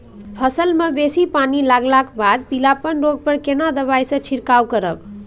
फसल मे बेसी पानी लागलाक बाद पीलापन रोग पर केना दबाई से छिरकाव करब?